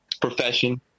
profession